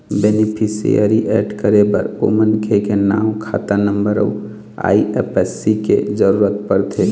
beneficiary add करे बर ओ मनखे के नांव, खाता नंबर अउ आई.एफ.एस.सी के जरूरत परथे